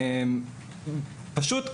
פשוט חנות.